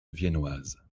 viennoise